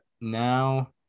now